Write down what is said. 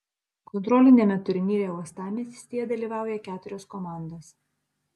kontroliniame turnyre uostamiestyje dalyvauja keturios komandos